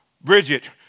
Bridget